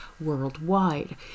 worldwide